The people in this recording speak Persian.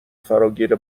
فراگیر